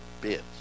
bids